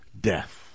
death